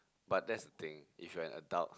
but that's the thing if you're an adult